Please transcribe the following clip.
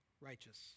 righteous